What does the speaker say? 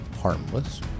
harmless